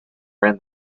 ran